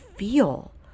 feel